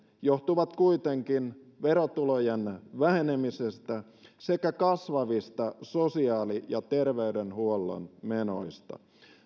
johtuvat kuitenkin verotulojen vähenemisestä sekä kasvavista sosiaali ja terveydenhuollon menoista